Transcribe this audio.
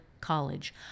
college